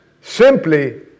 simply